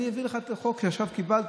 אני אביא לכם חוק שעכשיו קיבלתי.